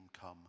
come